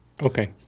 Okay